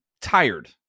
tired